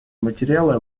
материала